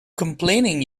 complaining